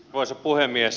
arvoisa puhemies